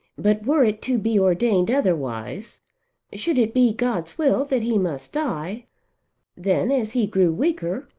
but were it to be ordained otherwise should it be god's will that he must die then, as he grew weaker,